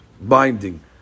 binding